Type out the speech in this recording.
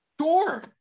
Sure